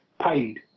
paid